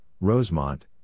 Rosemont